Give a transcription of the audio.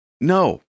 no